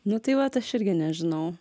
nu tai vat aš irgi nežinau